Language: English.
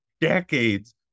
decades